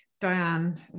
Diane